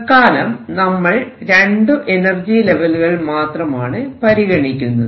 തത്കാലം നമ്മൾ രണ്ടു എനർജി ലെവലുകൾ മാത്രമാണ് പരിഗണിക്കുന്നത്